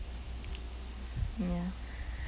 ya